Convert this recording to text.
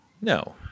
No